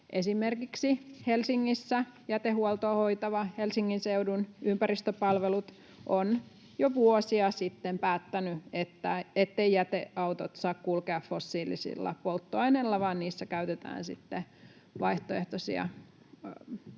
Esimerkiksi Helsingissä jätehuoltoa hoitava Helsingin seudun ympäristöpalvelut on jo vuosia sitten päättänyt, etteivät jäteautot saa kulkea fossiilisilla polttoaineilla, vaan niissä käytetään sitten vaihtoehtoisia polttoaineita